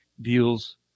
deals